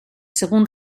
según